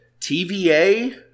TVA